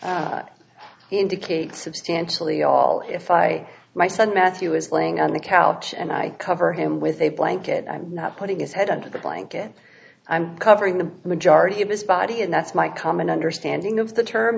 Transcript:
cover indicate substantially all if i my son matthew is laying on the couch and i cover him with a blanket i'm not putting his head under the blanket i'm covering the majority of his body and that's my common understanding of the term